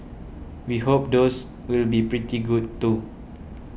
we hope those will be pretty good too